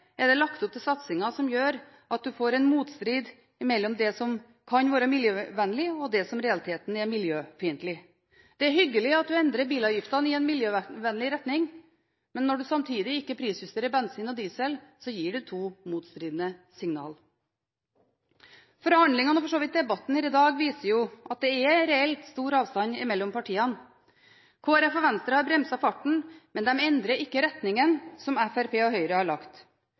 er det lagt opp til satsinger som gjør at man får en motstrid mellom det som kan være miljøvennlig, og det som i realiteten er miljøfiendtlig. Det er hyggelig at man endrer bilavgiftene i en miljøvennlig retning, men når man samtidig ikke prisjusterer bensin og diesel, gir det to motstridende signaler. Forhandlingene – og for så vidt debatten her i dag – har vist at det reelt er en stor avstand mellom partiene. Kristelig Folkeparti og Venstre har bremset farten, men de endrer ikke retningen som Fremskrittspartiet og Høyre har lagt.